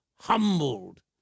humbled